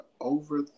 over